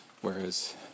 whereas